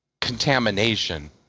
contamination